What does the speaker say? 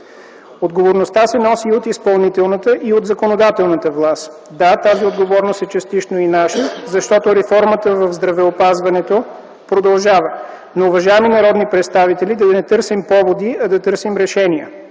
Отговорността се носи от изпълнителната и от законодателната власт. (Шум и реплики в КБ.) Да, тази отговорност е частично и наша, защото реформата в здравеопазването продължава. Уважаеми народни представители, за да не търсим поводи, нека търсим решения.